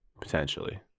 potentially